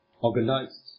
organized